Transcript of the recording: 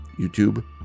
YouTube